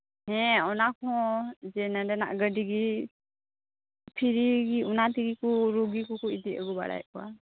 ᱦᱮᱸ ᱚᱱᱟ ᱠᱚᱦᱚᱸ ᱡᱮ ᱱᱚᱰᱮ ᱱᱟᱜ ᱜᱟᱹᱰᱤ ᱜᱮ ᱯᱷᱨᱤ ᱚᱱᱟ ᱛᱮᱜᱮ ᱠᱚ ᱨᱩᱜᱤ ᱠᱚᱠᱚ ᱤᱫᱤ ᱟᱹᱜᱩ ᱵᱟᱲᱟᱭᱮᱫ ᱠᱚᱣᱟ